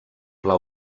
pla